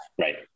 Right